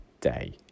day